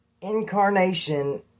incarnation